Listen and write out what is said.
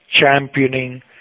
championing